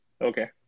Okay